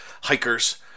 hikers